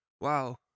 Wow